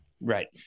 Right